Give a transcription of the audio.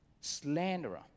slanderer